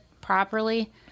properly